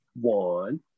one